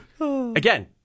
Again